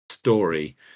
story